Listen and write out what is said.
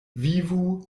vivu